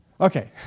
Okay